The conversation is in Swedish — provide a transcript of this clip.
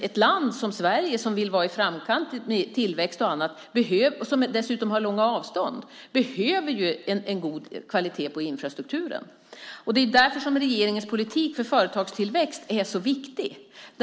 Ett land som Sverige som vill vara i framkant med tillväxt och som dessutom har stora avstånd behöver en god kvalitet på infrastrukturen. Därför är regeringens politik för företagstillväxt så viktig.